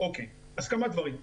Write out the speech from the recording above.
אם כן, כמה דברים.